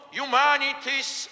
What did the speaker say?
humanity's